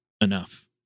enough